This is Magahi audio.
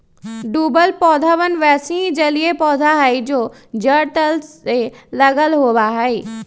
डूबल पौधवन वैसे ही जलिय पौधा हई जो जड़ तल से लगल होवा हई